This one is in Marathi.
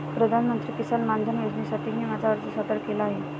प्रधानमंत्री किसान मानधन योजनेसाठी मी माझा अर्ज सादर केला आहे